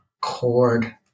chord